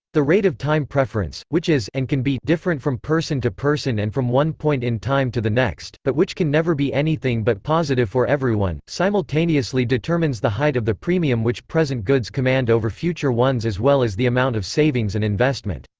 the rate of time preference, which is and different from person to person and from one point in time to the next, but which can never be anything but positive for everyone, simultaneously determines the height of the premium which present goods command over future ones as well as the amount of savings and investment.